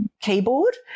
keyboard